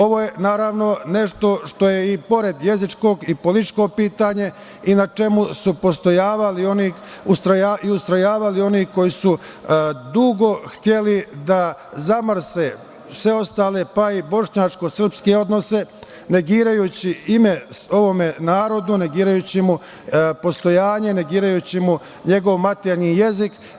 Ovo je naravno nešto što je pored jezičkog i političko pitanje i na čemu su postojavali i ustrojavali oni koji su dugo hteli da zamrse sve ostale, pa i bošnjačko-srpske odnose negirajući ime ovome narodu, negirajući mu postojanje, negirajući mu njegov maternji jezik.